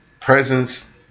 presence